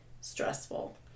stressful